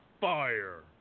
fire